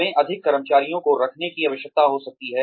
हमें अधिक कर्मचारियों को रखने की आवश्यकता हो सकती है